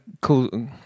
cool